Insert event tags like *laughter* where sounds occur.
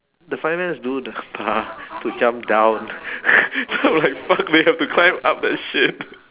the firemen do the bar to jump down *laughs* so I'm like fuck they have to climb up that shit